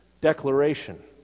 declaration